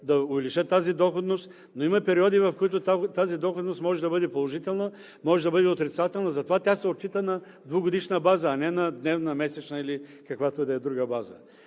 да увеличат тази доходност, но има периоди, в които тази доходност може да бъде положителна, може да бъде и отрицателна. Затова тя се отчита на двугодишна база, а не дневна, месечна или каквато и да е друга база.